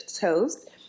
Toast